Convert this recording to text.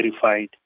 verified